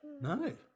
No